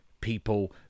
people